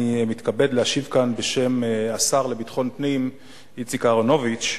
אני מתכבד להשיב כאן בשם השר לביטחון פנים איציק אהרונוביץ,